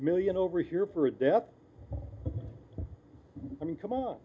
million over here for a death i mean come on